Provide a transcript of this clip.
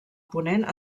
ponent